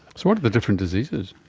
so what are the different diseases?